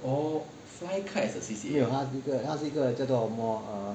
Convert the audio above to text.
没有他是一个他是一个叫做什么